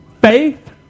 Faith